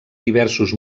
diversos